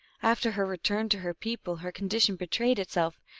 after her return to her people her condition betrayed itself,